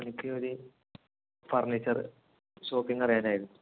എനിക്കൊര് furniture shopping അറിയാനായിരുന്നു